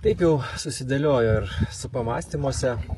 taip jau susidėliojo ir esu pamąstymuose